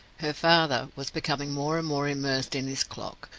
her father was becoming more and more immersed in his clock,